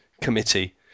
committee